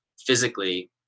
physically